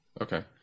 Okay